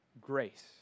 Grace